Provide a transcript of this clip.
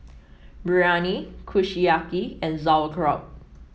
Biryani Kushiyaki and Sauerkraut